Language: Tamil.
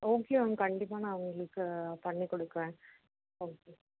ஓகே மேம் கண்டிப்பாக நான் உங்களுக்கு பண்ணிக் கொடுக்குறேன் ஓகே